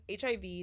HIV